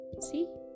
see